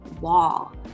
wall